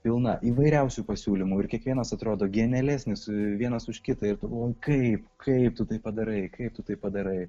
pilna įvairiausių pasiūlymų ir kiekvienas atrodo genialesnis vienas už kitą ir tu galvoji kaip kaip tu tai padarai kai tu tai padarai